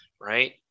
right